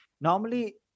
normally